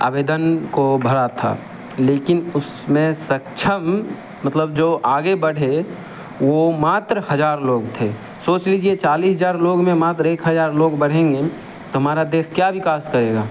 आवेदन को भरा था लेकिन उसमें सक्षम मतलब जो आगे बढ़े वो मात्र हजार लोग थे सोच लीजिए चालीस हजार लोग में मात्र एक हजार लोग बढ़ेंगे तो हमारा देश क्या विकास करेगा